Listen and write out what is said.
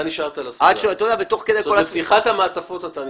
זאת אומרת, בפתיחת המעטפות אתה נשארת.